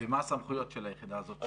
ומה הסמכויות של היחידה הזאת?